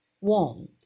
warm